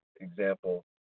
example